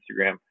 Instagram